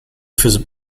für